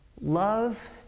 love